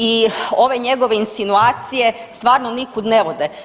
I ove njegove insinuacije stvarno nikud ne vode.